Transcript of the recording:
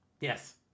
Yes